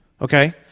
Okay